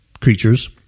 creatures